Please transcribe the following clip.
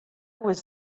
was